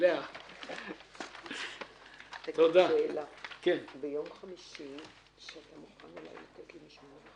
תודה רבה לכולם הישיבה נעולה.